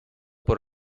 por